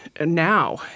now